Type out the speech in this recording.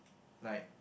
like